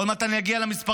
עוד מעט אני אגיע למספרים.